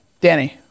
Danny